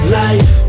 life